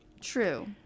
True